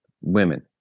women